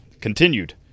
Continued